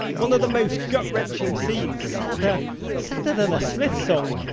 one of the most gut-wrenching scenes, sadder sadder than a smiths song,